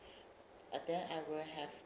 but then I will have